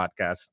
Podcast